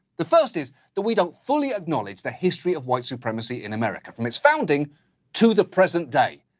the first is that we don't fully acknowledge the history of white supremacy in america. from its founding to the present day.